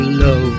love